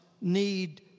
need